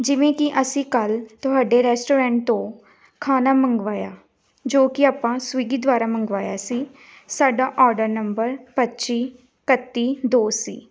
ਜਿਵੇਂ ਕਿ ਅਸੀਂ ਕੱਲ੍ਹ ਤੁਹਾਡੇ ਰੈਸਟੋਰੈਂਟ ਤੋਂ ਖਾਣਾ ਮੰਗਵਾਇਆ ਜੋ ਕਿ ਆਪਾਂ ਸਵਿਗੀ ਦੁਆਰਾ ਮੰਗਵਾਇਆ ਸੀ ਸਾਡਾ ਔਡਰ ਨੰਬਰ ਪੱਚੀ ਇਕੱਤੀ ਦੋ ਸੀ